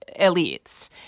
elites